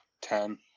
Ten